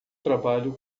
trabalho